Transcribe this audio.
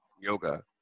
yoga